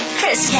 Chris